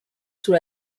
sous